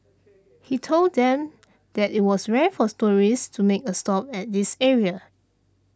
he told them that it was rare for tourists to make a stop at this area